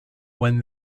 when